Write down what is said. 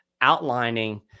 outlining